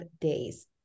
days